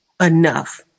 enough